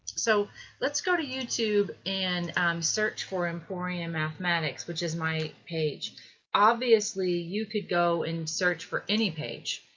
so let's go to youtube and search for emporium mathematics. which is my page obviously you could go and search for any page.